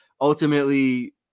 ultimately